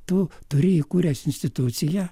tu turi įkūręs instituciją